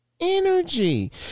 energy